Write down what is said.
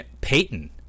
Peyton